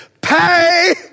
pay